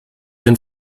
den